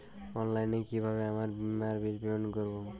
অনলাইনে কিভাবে আমার বীমার বিল পেমেন্ট করবো?